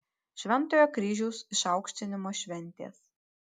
šventojo kryžiaus išaukštinimo šventės